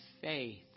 faith